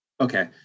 Okay